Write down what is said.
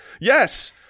Yes